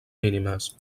mínimes